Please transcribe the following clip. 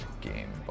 game